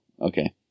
okay